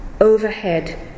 overhead